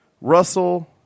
Russell